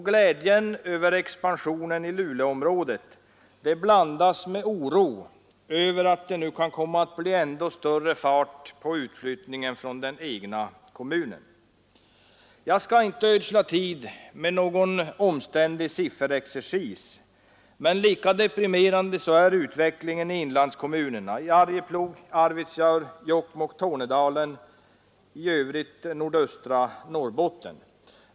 Glädjen över expansionen i Luleåområdet blandas med oro över att det nu kan komma att bli ändå större fart över Jag skall inte ödsla tid med någon omständlig sifferexercis, men lika deprimerande är utvecklingen i inlandskommunerna, Arjeplog, Arvidsjaur, Jokkmokk, Tornedalen, i övrigt hela nordöstra Norrbotten.